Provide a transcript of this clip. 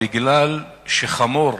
כי חמור